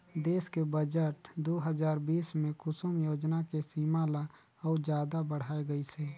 देस के बजट दू हजार बीस मे कुसुम योजना के सीमा ल अउ जादा बढाए गइसे